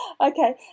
Okay